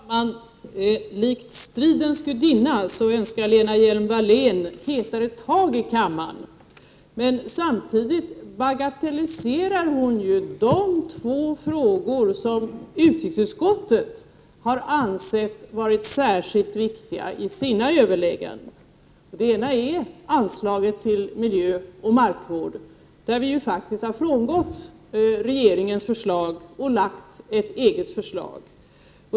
Fru talman! Likt stridens gudinna önskar Lena Hjelm-Wallén hetare tag i kammaren. Samtidigt bagatelliserar hon de två frågor som utrikesutskottet i sina överväganden ansett vara särskilt viktiga. Den ena gäller anslaget till miljö och markvård, där vi faktiskt har frångått regeringens förslag och lagt fram ett eget förslag.